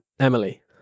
Emily